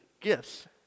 gifts